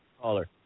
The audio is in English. Caller